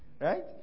Right